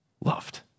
loved